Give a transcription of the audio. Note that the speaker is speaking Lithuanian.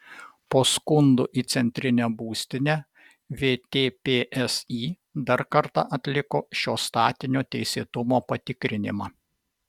po skundų į centrinę būstinę vtpsi dar kartą atliko šio statinio teisėtumo patikrinimą